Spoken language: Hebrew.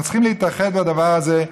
אנחנו צריכים להתאחד בדבר הזה.